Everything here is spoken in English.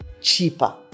cheaper